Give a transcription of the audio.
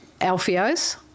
alfio's